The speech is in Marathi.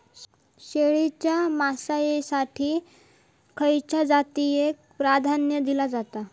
शेळीच्या मांसाएसाठी खयच्या जातीएक प्राधान्य दिला जाता?